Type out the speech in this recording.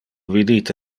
vidite